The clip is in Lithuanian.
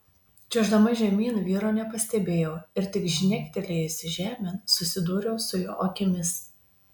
čiuoždama žemyn vyro nepastebėjau ir tik žnektelėjusi žemėn susidūriau su jo akimis